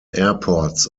airports